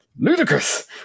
ludicrous